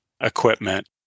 equipment